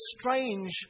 strange